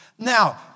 Now